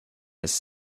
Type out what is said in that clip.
his